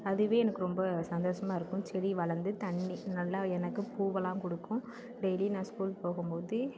அதுவே எனக்கு ரொம்ப சந்தோஷமா இருக்கும் செடி வளர்ந்து தண்ணி நல்லா எனக்கு பூவெல்லாம் கொடுக்கும் டெய்லி நான் ஸ்கூல் போகும் போது